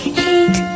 heat